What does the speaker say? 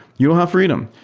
you don't have freedom.